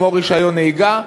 כמו רישיון נהיגה,